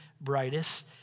brightest